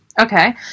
Okay